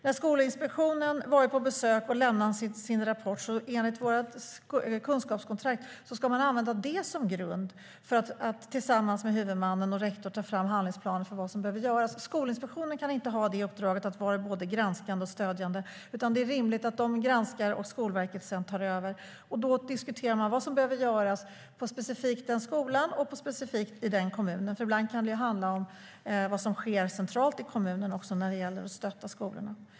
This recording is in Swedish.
När Skolinspektionen har varit på besök och lämnat sin rapport ska man enligt våra kunskapskontrakt använda det som grund för att tillsammans med huvudman och rektor ta fram handlingsplanen för vad som behöver göras. Skolinspektionen kan inte ha uppdraget att vara både granskande och stödjande, utan det är rimligt att de granskar och att Skolverket sedan tar över. Då diskuterar man vad som behöver göras specifikt på den skolan och specifikt i den kommunen. Ibland kan det nämligen handla om vad som sker centralt i kommunen också när det gäller att stötta skolorna.